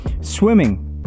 swimming